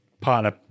partner